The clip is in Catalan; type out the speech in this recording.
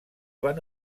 van